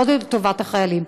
לא לטובת החיילים,